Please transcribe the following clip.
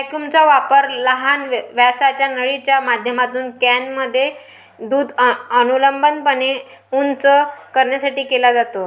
व्हॅक्यूमचा वापर लहान व्यासाच्या नळीच्या माध्यमातून कॅनमध्ये दूध अनुलंबपणे उंच करण्यासाठी केला जातो